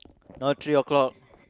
now three o-clock